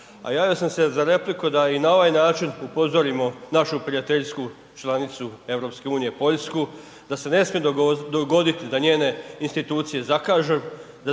A javio sam se za repliku da i na ovaj način upozorimo našu prijateljsku članicu EU Poljsku da se ne smije dogoditi da njene institucije zakažu